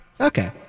Okay